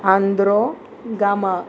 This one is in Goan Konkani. आंध्रो गामा